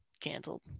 Canceled